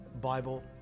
Bible